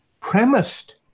premised